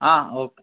okay